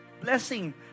blessing